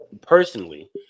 personally